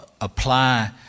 apply